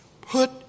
Put